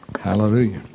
Hallelujah